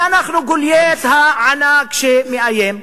ואנחנו גוליית הענק שמאיים.